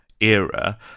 era